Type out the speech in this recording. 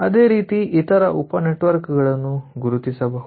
ಅದೇ ರೀತಿ ಇತರ ಉಪ ನೆಟ್ವರ್ಕ್ ಗಳನ್ನು ಗುರುತಿಸಬಹುದು